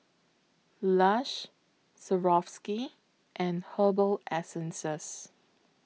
Lush Swarovski and Herbal Essences